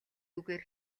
үгээр